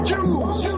Jews